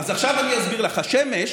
אז עכשיו אני אסביר לך: השמש,